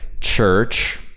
church